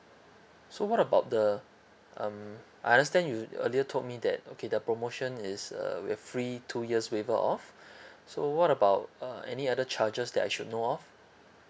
so what about the um I understand you earlier told me that okay the promotion is uh with free two years waiver off so what about uh any other charges that I should know of